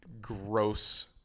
gross